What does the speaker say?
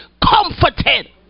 comforted